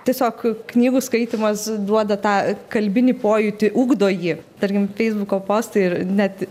tiesiog knygų skaitymas duoda tą kalbinį pojūtį ugdo jį tarkim feisbuko postai ir net